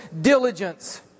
diligence